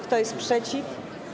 Kto jest przeciw?